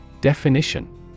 Definition